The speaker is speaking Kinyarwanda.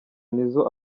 nizzo